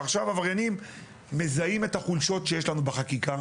ועכשיו עבריינים מזהים את החולשות שיש לנו בחקיקה,